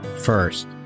first